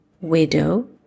widow